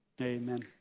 amen